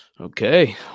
okay